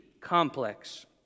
complex